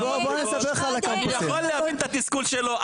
אני יכול להבין את התסכול שלו.